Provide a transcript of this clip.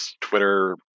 twitter